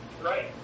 right